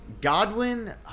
Godwin